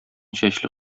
чәчле